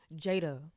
Jada